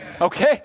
Okay